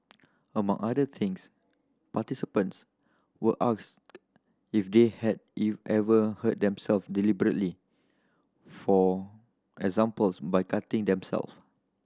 among other things participants were asked if they had ever hurt deliberately for examples by cutting themselves